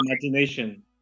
imagination